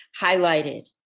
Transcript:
highlighted